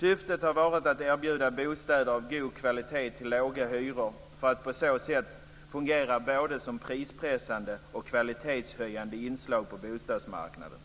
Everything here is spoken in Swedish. Syftet har varit att erbjuda bostäder av god kvalitet till låga hyror för att på så sätt fungera som ett både prispressande och kvalitetshöjande inslag på bostadsmarknaden.